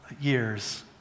years